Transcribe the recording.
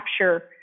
capture